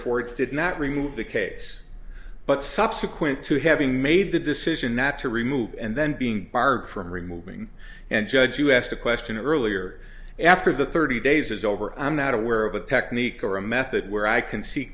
therefore did not remove the case but subsequent to having made the decision not to remove and then being barred from removing and judge you asked a question earlier after the thirty days is over i'm not aware of a technique or a method where i can see